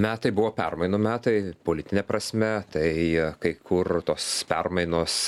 metai buvo permainų metai politine prasme tai kai kur tos permainos